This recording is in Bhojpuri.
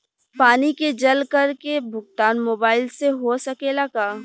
पानी के जल कर के भुगतान मोबाइल से हो सकेला का?